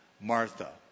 Martha